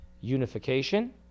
unification